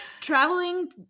traveling